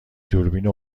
دوربین